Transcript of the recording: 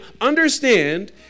understand